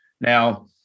Now